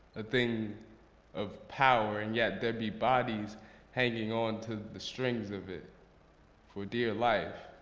a thing of power, and yet there be bodies hanging on to the strings of it for dear life.